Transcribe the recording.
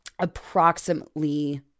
approximately